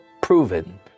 proven